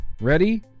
Ready